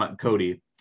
Cody